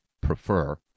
prefer